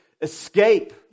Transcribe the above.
Escape